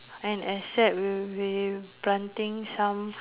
and except we will be planting some